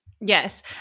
Yes